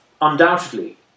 undoubtedly